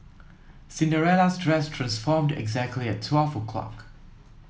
Cinderella's dress transformed exactly at twelve o'clock